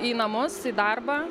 į namus į darbą